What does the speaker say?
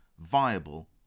viable